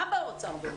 מה אומר האוצר?